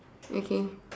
okay